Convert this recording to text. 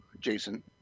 Jason